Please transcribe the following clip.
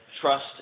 trust